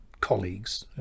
colleagues